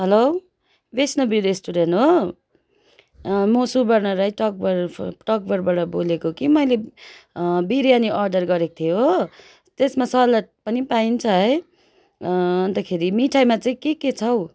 hello Vaishnavi restaurant हो म सुवर्ण राई तकभर फ तकभरबाट बोलेको कि मैले बिरयानी अर्डर गरेको थिएँ हो त्यसमा सलाद पनि पाइन्छ है अन्तखेरि मिठाईमा चाहिँ के के छ हौ